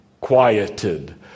quieted